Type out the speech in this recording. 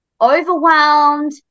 overwhelmed